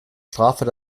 strafen